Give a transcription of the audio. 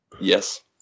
Yes